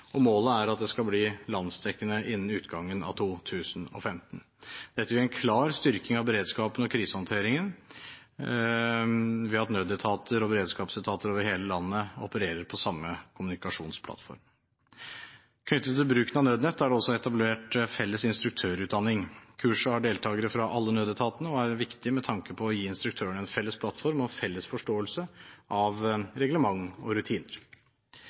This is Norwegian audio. og målet er at det skal bli landsdekkende innen utgangen av 2015. Dette vil gi en klar styrking av beredskapen og krisehåndteringen ved at nødetater og beredskapsetater over hele landet opererer på samme kommunikasjonsplattform. Knyttet til bruken av nødnett er det også etablert felles instruktørutdanning. Kurset har deltagere fra alle nødetatene og er viktig med tanke på å gi instruktørene en felles plattform og en felles forståelse av reglement og rutiner.